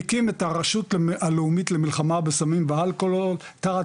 הקים את הרשות הלאומית למלחמה בסמים ואלכוהול תחת